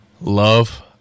love